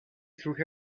through